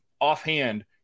offhand